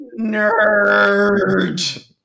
nerd